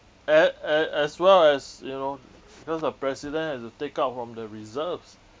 a~ a~ as well as you know because the president has to take out from the reserves